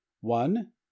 one